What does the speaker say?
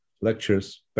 lectures